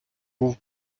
був